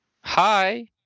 Hi